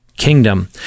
kingdom